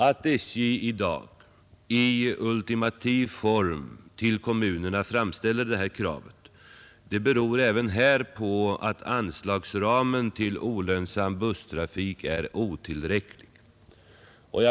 Att SJ i dag i ultimativ form till kommunerna framställer detta krav beror även här på att anslagsramen till olönsam busstrafik är otillräcklig.